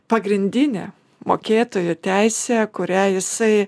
pagrindinė mokėtojo teisė kurią jisai